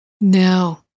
No